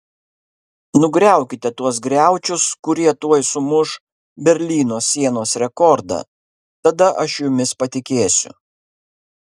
nugriaukite tuos griaučius kurie tuoj sumuš berlyno sienos rekordą tada aš jumis patikėsiu